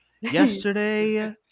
Yesterday